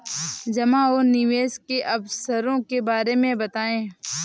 जमा और निवेश के अवसरों के बारे में बताएँ?